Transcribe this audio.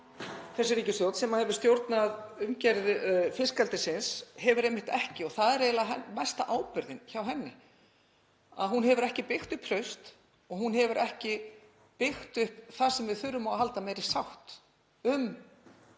þessi ríkisstjórn sem hefur stjórnað umgerð fiskeldisins hefur einmitt ekki byggt upp traust og þar liggur eiginlega mesta ábyrgðin hjá henni, hún hefur ekki byggt upp traust og hún hefur ekki byggt upp það sem við þurfum á að halda, meiri sátt um